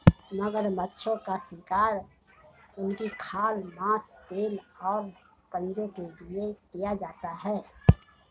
मगरमच्छों का शिकार उनकी खाल, मांस, तेल और पंजों के लिए किया जाता है